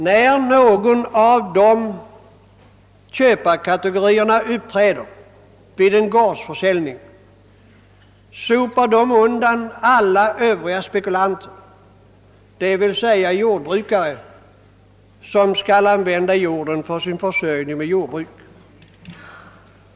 När någon av dessa köparkategorier uppträder vid en gårdsförsäljning sopar de undan alla övriga spekulanter, d.v.s. jordbrukare, som skall använda jorden för sin försörjning med jordbruk.